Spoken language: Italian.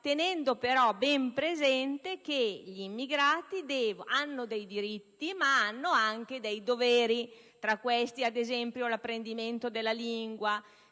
tenendo però ben presente che gli immigrati hanno dei diritti ma anche dei doveri, tra i quali, ad esempio, l'apprendimento della lingua